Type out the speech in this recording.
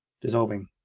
dissolving